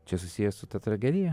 čia susijęs su ta tragedija